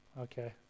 Okay